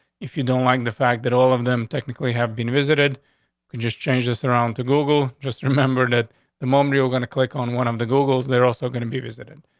if you don't like the fact that all of them technically have been visited could just change this around to google. just remember that the moment we're going to click on one of the googles, they're also gonna be visited.